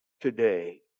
today